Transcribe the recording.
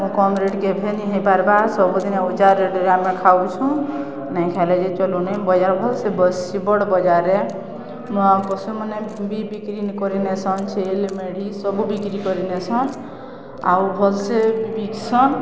ମୁଁ କମ୍ ରେଟ୍ କେବେ ନି ହେଇପାର୍ବା ସବୁଦିନେ ଓଜା ରେଟ୍ରେ ଆମେ ଖାଉଛୁଁ ନାଇଁ ଖାଇଲେ ଯେ ଚଲୁନି ବଜାର ଭଲ୍ସେ ବସ୍ସି ବଡ଼୍ ବଜାର୍ରେ ପଶୁମାନେ ବି ବିକ୍ରି କରିନେସନ୍ ଛେଲ୍ ମେଢ଼ି ସବୁ ବିକ୍ରି କରିନେସନ୍ ଆଉ ଭଲ୍ସେ ବିକ୍ସନ୍